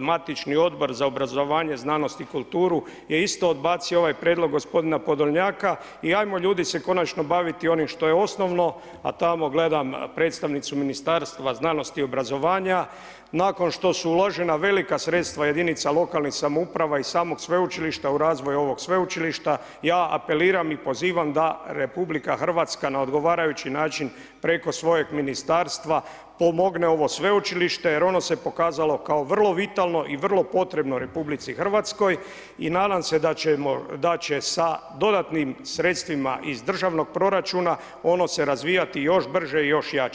matični odbor za obrazovanje, znanost i kulturu je isto odbacio ovaj prijedlog gospodina Podolnjaka i ajmo ljudi se konačno baviti onim što je osnovno, a tamo gledam predstavnicu Ministarstva znanosti i obrazovanja, nakon što su uložena velika sredstva jedinica lokalnih samouprava i samog sveučilišta u razvoj ovog sveučilišta, ja apeliram i pozivam da RH na odgovarajući način preko svojeg ministarstva pomogne ovo sveučilište jer ono se pokazalo kao vrlo vitalno i vrlo potrebno RH i nadam se da će sa dodatnim sredstvima iz državnog proračuna ono se razvijati još brži i još jače.